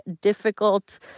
difficult